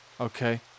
Okay